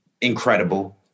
incredible